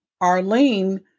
Arlene